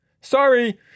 Sorry